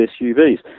SUVs